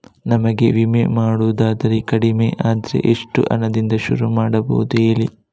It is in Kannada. ನಮಗೆ ವಿಮೆ ಮಾಡೋದಾದ್ರೆ ಕಡಿಮೆ ಅಂದ್ರೆ ಎಷ್ಟು ಹಣದಿಂದ ಶುರು ಮಾಡಬಹುದು ಹೇಳಿ